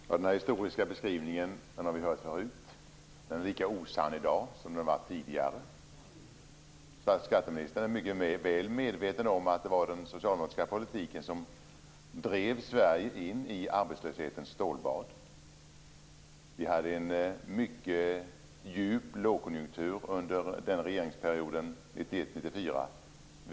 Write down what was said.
Fru talman! Den här historiska beskrivningen har vi hört förut. Den är lika osann i dag som den var tidigare. Skatteministern är mycket väl medveten om att det var den socialdemokratiska politiken som drev Sverige in i arbetslöshetens stålbad. Vi hade en mycket djup lågkonjunktur under regeringsperioden 1991-1994.